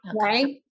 right